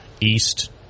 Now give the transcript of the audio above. east